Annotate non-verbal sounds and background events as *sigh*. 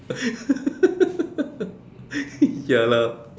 *laughs* ya lah